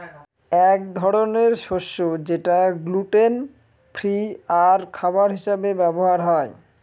এক ধরনের শস্য যেটা গ্লুটেন ফ্রি আর খাবার হিসাবে ব্যবহার হয়